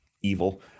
evil